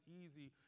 easy